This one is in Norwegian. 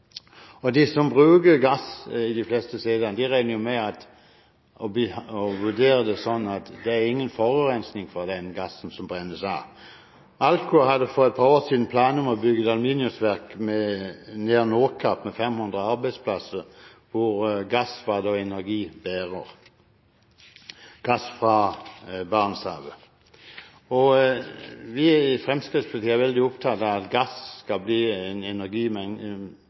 som de benytter, og vi er glad for det. De som bruker gass de fleste stedene, regner med og vurderer det sånn at det er ingen forurensning fra den gassen som brennes av. Alcoa hadde for et par år siden planer om å bygge et aluminiumsverk nær Nordkapp med 500 arbeidsplasser hvor gass fra Barentshavet var en energibærer. Vi i Fremskrittspartiet er veldig opptatt av at gass skal bli en